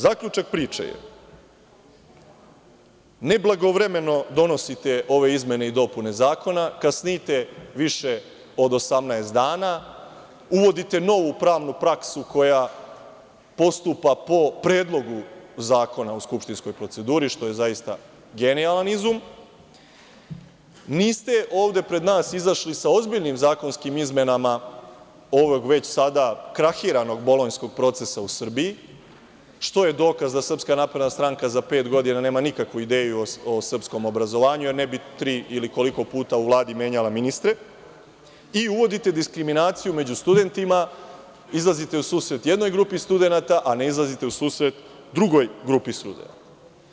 Zaključak priče je da neblagovremeno donosite ove izmene i dopune zakona, kasnite više od 18 dana, uvodite novu pravnu praksu koja postupa po predlogu zakona u skupštinskoj proceduri, što je zaista genijalan izum, niste ovde pred nas izašli sa ozbiljnim zakonskim izmenama ovog već sada krahiranog bolonjskog procesa u Srbiji, što je dokaz da SNS za pet godina nema nikakvu ideju o srpskom obrazovanju, jer ne bi nekoliko puta u Vladi menjala ministre, i uvodite diskriminaciju među studentima, izlazite u susret jednoj grupi studenata, a ne izlazite u susret drugoj grupi studenata.